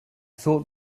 thought